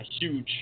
huge